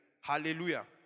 Hallelujah